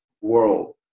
world